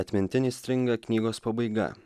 atmintin įstringa knygos pabaiga